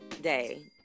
day